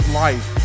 life